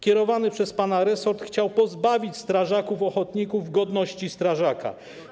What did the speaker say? Kierowany przez pana resort chciał pozbawić strażaków ochotników godności strażaka.